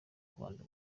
kubanza